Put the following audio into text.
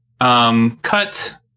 cut